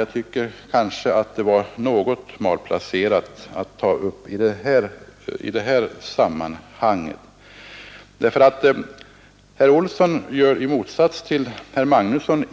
Jag tycker dock att det var något malplacerat i det här sammanhanget, ty herr Olsson säger ingenting — i motsats till herr Magnusson —